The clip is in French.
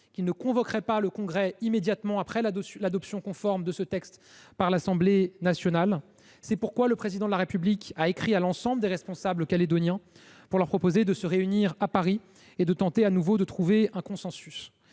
qu’il ne convoquerait pas le Congrès immédiatement après l’adoption conforme du projet de loi constitutionnelle par l’Assemblée nationale. C’est pourquoi le Président de la République a écrit à l’ensemble des responsables calédoniens pour leur proposer de se réunir à Paris et de tenter, de nouveau, de trouver un consensus.